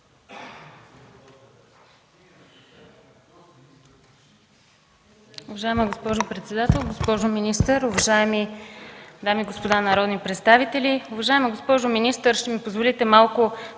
Уважаема госпожо председател, уважаеми дами и господа народни представители! Уважаема госпожо министър, ще ми позволите малко